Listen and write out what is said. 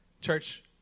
Church